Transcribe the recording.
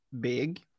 Big